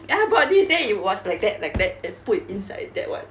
ya I bought this then it was like that like that then put inside that [one]